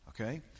Okay